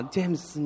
，James，